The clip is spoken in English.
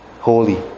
holy